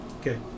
Okay